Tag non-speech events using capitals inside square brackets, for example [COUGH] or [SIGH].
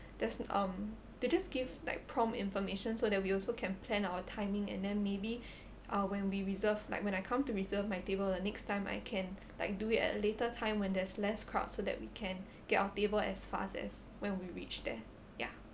there's um to just give like prompt information so that we also can plan our timing and then maybe [BREATH] uh when we reserve like when I come to reserve my table the next time I can like do it at a later time when there's less crowd so that we can get our table as fast as when we reached there ya